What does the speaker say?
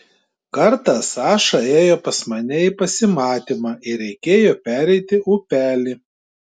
kartą saša ėjo pas mane į pasimatymą ir reikėjo pereiti upelį